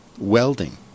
welding